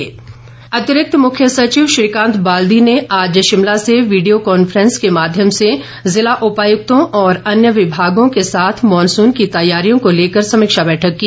monsoon अतिरिक्त मुख्य सचिव श्रीकांत बाल्दी ने आज शिमला से वीडियो कांफ्रेस के माध्यम से जिला उपायुक्तों और अन्य विभागों के साथ मॉनसून की तैयारियों को लेकर समीक्षा बैठक की